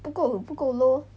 不够不够 low